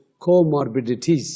comorbidities